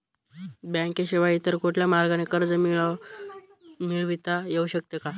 बँकेशिवाय इतर कुठल्या मार्गाने कर्ज मिळविता येऊ शकते का?